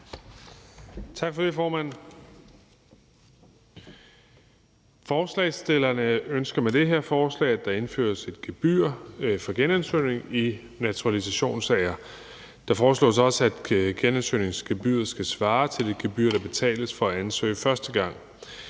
Tak for det, formand. Forslagsstillerne ønsker med det her forslag, at der indføres et gebyr for genansøgning i naturalisationssager. Der foreslås også, at genansøgningsgebyret skal svare til det gebyr, der betales for at ansøge første gang.